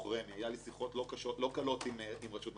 היו לי שיחות לא קלות עם רשות מקרקעי ישראל.